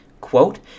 quote